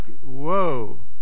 whoa